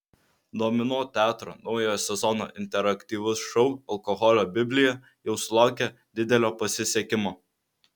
domino teatro naujojo sezono interaktyvus šou alkoholio biblija jau sulaukė didelio pasisekimo